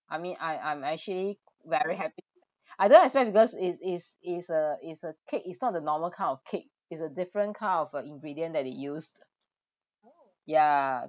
I mean I I'm actually very happy I don't expect because is is is a is a cake it's not the normal kind of cake is a different kind of uh ingredient that they used yeah